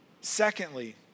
Secondly